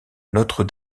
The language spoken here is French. notre